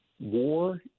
War